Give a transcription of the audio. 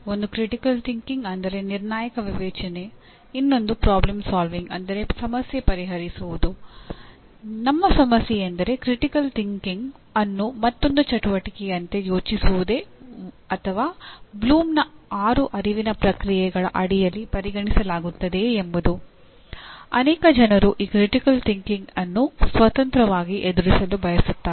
ಒಂದು critical thinking ಅನ್ನು ಸ್ವತಂತ್ರವಾಗಿ ಎದುರಿಸಲು ಬಯಸುತ್ತಾರೆ